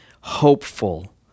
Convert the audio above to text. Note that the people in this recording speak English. hopeful